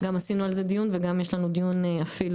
גם עשינו על זה דיון וגם יש לנו דיון אפילו